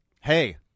Hey